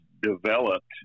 developed